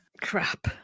crap